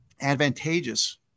advantageous